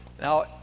Now